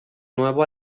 nuevo